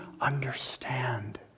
understand